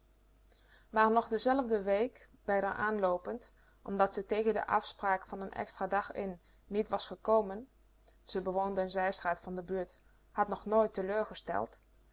maar nog de zelfde week bij r anloopend omdat ze tegen de afspraak van n extra dag in niet was gekomen ze bewoonde n zijstraat van de buurt had nog nooit